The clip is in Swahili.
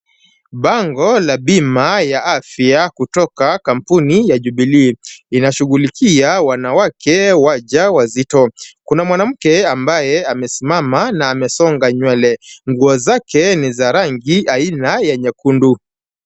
Bango la bima ya afya kutoka kampuni ya Jubilee, inashughulikia wanawake wajawazito. Kuna mwanamke ambaye amesimama na amesonga nywele. Nguo zake ni za rangi aina ya nyekundu.